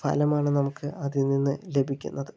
ഫലമാണ് നമുക്ക് അതിൽ നിന്ന് ലഭിക്കുന്നത്